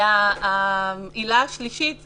העילה השלישית היא,